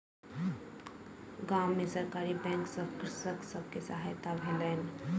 गाम में सरकारी बैंक सॅ कृषक सब के सहायता भेलैन